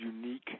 unique